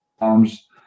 arms